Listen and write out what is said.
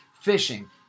fishing